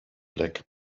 black